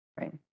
Right